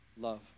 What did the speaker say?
love